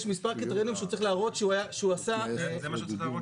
יש מספר קריטריונים שהוא צריך להראות -- זה מה שהוא צריך להראות,